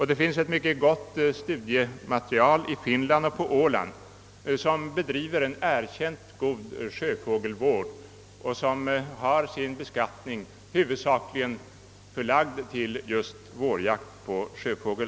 Det finns ett mycket gott studiematerial i Finland och på Åland, där det bedrivs en erkänt god sjöfågelvård och där skattningen av beståndet huvudsakligen är förlagd just till vårjakt på sjöfågel.